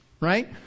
Right